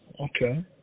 okay